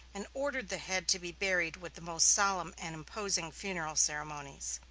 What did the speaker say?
and ordered the head to be buried with the most solemn and imposing funeral ceremonies.